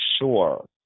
sure